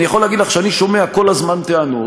אני יכול להגיד לך שאני שומע כל הזמן טענות: